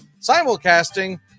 simulcasting